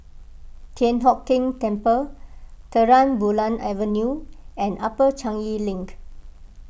Thian Hock Keng Temple Terang Bulan Avenue and Upper Changi Link